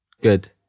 Good